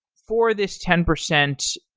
for this ten percent,